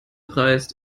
preis